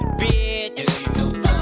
bitch